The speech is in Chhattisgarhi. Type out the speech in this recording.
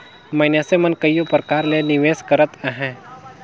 मइनसे मन कइयो परकार ले निवेस करत अहें